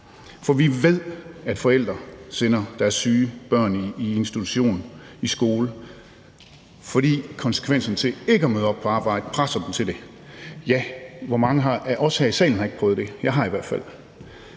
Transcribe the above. For vi ved, at forældre sender deres syge børn i institution og i skole, fordi konsekvenserne ved ikke at møde op på arbejde presser dem til det. Ja, hvor mange af os her i salen har ikke prøvet det? Jeg har i hvert fald.